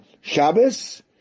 Shabbos